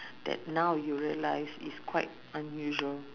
that now you realise is quite unusual